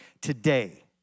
today